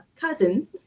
cousin